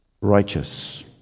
Righteous